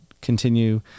continue